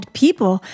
people